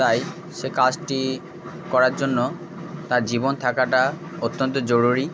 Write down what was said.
তাই সেই কাজটি করার জন্য তার জীবন থাকাটা অত্যন্ত জরুরি